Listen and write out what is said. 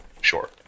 Sure